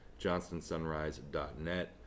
johnstonsunrise.net